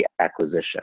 acquisition